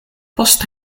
post